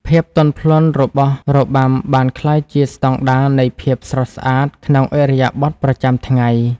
ភាពទន់ភ្លន់របស់របាំបានក្លាយជាស្តង់ដារនៃភាពស្រស់ស្អាតក្នុងឥរិយាបថប្រចាំថ្ងៃ។